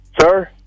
Sir